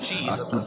Jesus